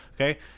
Okay